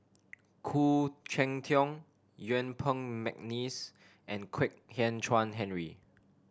Khoo Cheng Tiong Yuen Peng McNeice and Kwek Hian Chuan Henry